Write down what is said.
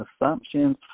assumptions